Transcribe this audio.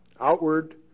outward